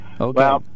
Okay